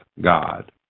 God